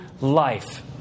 life